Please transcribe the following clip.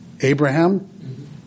Abraham